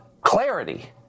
clarity